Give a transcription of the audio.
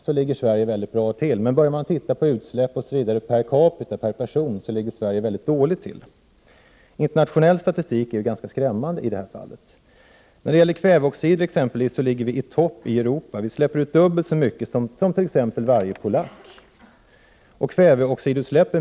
Skulle jordens drygt 5 miljarder människor konsumera naturresurser som vi svenskar gör, skulle jorden gå mot en ekologisk kollaps under loppet av några få år. Trots detta ökar konsumtionen, vilket rimligen strider mot den deklaration Sverige har skrivit på.